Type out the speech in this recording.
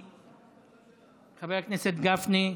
חבר הכנסת גפני,